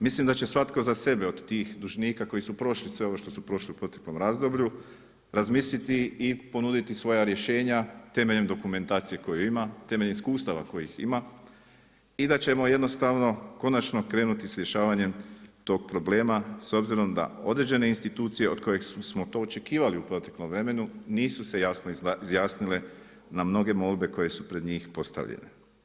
Mislim da će svatko za sebe od tih dužnika koji su prošli sve ovo što su prošli u proteklom razdoblju razmisliti i ponuditi svoja rješenja temeljem dokumentacije koju ima, temeljem iskustava kojih ima i da ćemo jednostavno konačno krenuti sa rješavanjem tog problema s obzirom da određene institucije od kojih smo to očekivali u proteklom vremenu nisu se jasno izjasnile na mnoge molbe koje su pred njih postavljene.